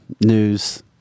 news